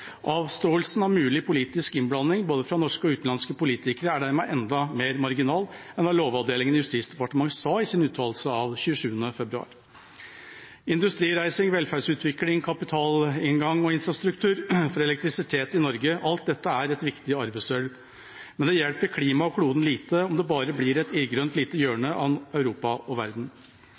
Avståelsen av mulig politisk innblanding, fra både norske og utenlandske politikere, er dermed enda mer marginal enn hva Lovavdelingen i Justisdepartementet sa i sin uttalelse av 27. februar. Industrireising, velferdsutvikling, kapitalinngang og infrastruktur for elektrisitet i Norge – alt dette er viktig arvesølv. Men det hjelper klimaet og kloden lite om det bare blir et irrgrønt lite hjørne av Europa og verden.